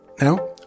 Now